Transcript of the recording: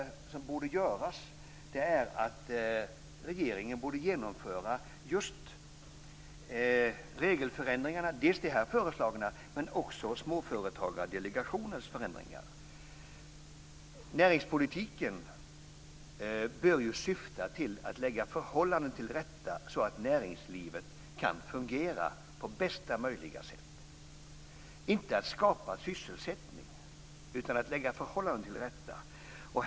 Regeringen borde genomföra dels de här föreslagna regelförändringarna, dels de förändringar Småföretagsdelegationen föreslagit. Näringspolitiken bör syfta till att lägga förhållanden till rätta, så att näringslivet kan fungera på bästa möjliga sätt, och inte till att skapa sysselsättning.